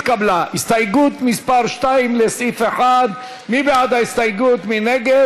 יואל חסון, איתן ברושי, מיכל בירן, נחמן שי,